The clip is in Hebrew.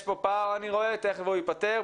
יש פה פער אני רואה, תכף הוא ייפתר.